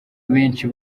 benshi